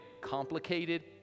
complicated